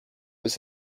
was